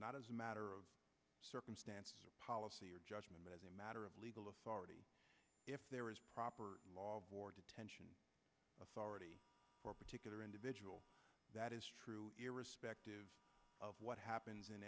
not as a matter of circumstance policy or judgment but as a matter of legal authority if there is proper law of war detention authority for a particular individual that is true irrespective of what happens in